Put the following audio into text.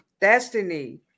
destiny